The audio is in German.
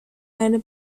eine